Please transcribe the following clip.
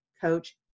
coach